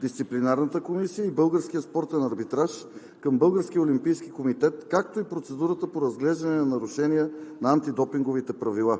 Дисциплинарната комисия и Българският спортен арбитраж към Българския олимпийски комитет, както и процедурата по разглеждане на нарушения на антидопинговите правила.